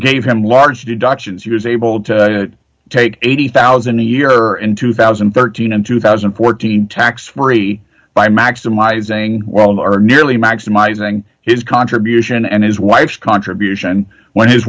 gave him large deductions years able to take eighty thousand a year in two thousand and thirteen and two thousand and fourteen tax free by maximizing well are nearly maximizing his contribution and his wife's contribution when his